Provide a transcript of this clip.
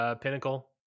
pinnacle